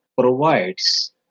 provides